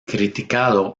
criticado